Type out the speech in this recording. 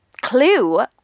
Clue